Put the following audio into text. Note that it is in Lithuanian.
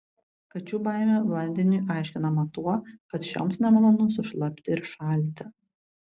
kačių baimė vandeniui aiškinama tuo kad šioms nemalonu sušlapti ir šalti